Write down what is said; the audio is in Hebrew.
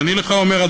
ואני לך אומר,